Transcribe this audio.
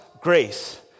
grace